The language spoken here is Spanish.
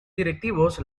directivos